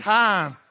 time